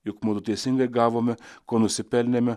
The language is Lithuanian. juk mudu teisingai gavome ko nusipelnėme